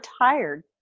tired